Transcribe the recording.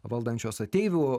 valdančios ateivių